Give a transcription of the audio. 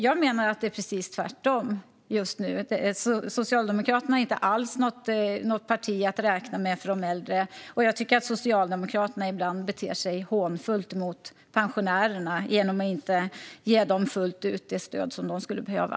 Jag menar att det är precis tvärtom just nu. Socialdemokraterna är inte alls något parti att räkna med för de äldre. Jag tycker att Socialdemokraterna ibland beter sig hånfullt mot pensionärerna genom att inte fullt ut ge dem det stöd som de skulle behöva.